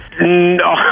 No